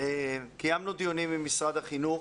קיימנו דיונים עם משרד החינוך